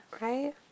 Right